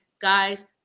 guys